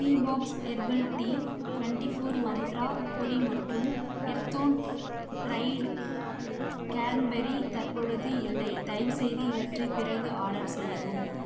tea box herbal tea twenty four Mantra பொரி மற்றும் எர்தோன் ட்ரைடு கேரேன்பெரி தற்பொழுது இல்லை தயவுசெய்து இவற்றை பிறகு ஆர்டர் செய்யவும்